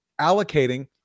allocating